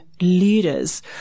leaders